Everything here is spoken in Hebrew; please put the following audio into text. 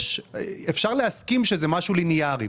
אפשר להסכים שזה משהו ליניארי.